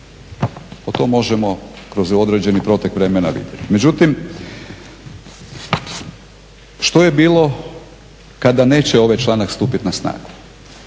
To možemo kroz određeni protek vremena vidjeti, međutim što je bilo kada neće ovaj članak stupiti na snagu?